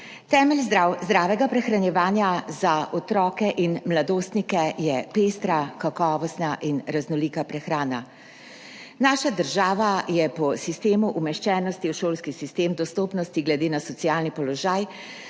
Temelj zdravega prehranjevanja za otroke in mladostnike je pestra, kakovostna in raznolika prehrana. Naša država je po sistemu umeščenosti v šolski sistem, dostopnosti glede na socialni položaj,